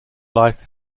life